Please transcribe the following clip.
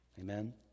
Amen